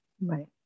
Right